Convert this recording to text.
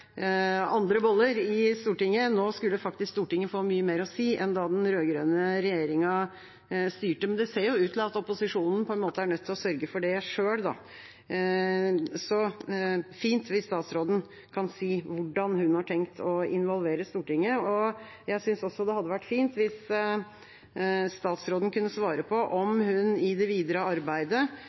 andre boller i Stortinget, nå skulle Stortinget få mye mer å si enn da den rød-grønne regjeringa styrte. Men det ser jo ut til at opposisjonen er nødt til å sørge for det selv, så det er fint hvis statsråden kan si hvordan hun har tenkt å involvere Stortinget. Jeg synes også det hadde vært fint hvis statsråden kunne svare på om hun i det videre arbeidet